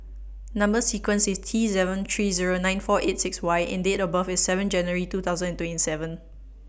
Number sequence IS T seven three Zero nine four eight six Y and Date of birth IS seven January two thousand and twenty seven